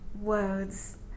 words